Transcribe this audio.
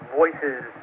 voices